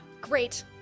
Great